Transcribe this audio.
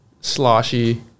sloshy